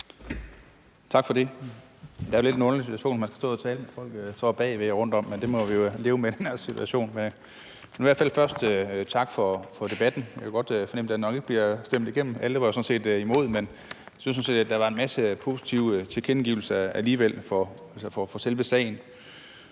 Tak for det. Det er jo en lidt underlig situation, at man skal stå og tale til folk, der står bag ved og rundt om en, men det må vi jo leve med i den her situation. Men først tak for debatten. Jeg kan godt fornemme, at forslaget nok ikke bliver stemt igennem, for alle var jo sådan set imod. Men jeg synes, der var en masse positive tilkendegivelser alligevel om selve sagen.